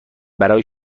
برای